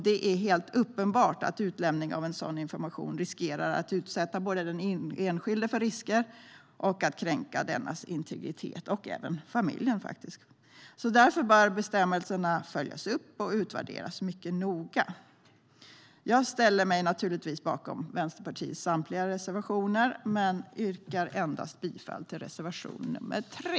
Det är helt uppenbart att utlämning av en sådan information riskerar att utsätta den enskilda för risker och att kränka dennas integritet - det gäller faktiskt även familjen. Därför bör bestämmelserna följas upp och utvärderas mycket noga. Jag ställer mig naturligtvis bakom Vänsterpartiets samtliga reservationer men yrkar bifall endast till reservation nr 3.